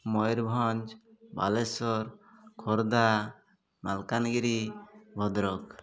Mayurbhanj Baleshwar Khordha Malkangiri Bhadrak